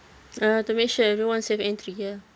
ah to make sure everyone safe entry ah